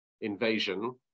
invasion